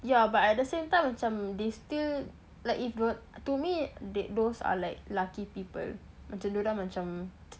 ya but at the same time macam they still like if to me that those are like lucky people macam dorang macam